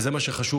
וזה מה שחשוב,